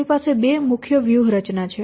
આપણી પાસે બે મુખ્ય વ્યૂહરચના છે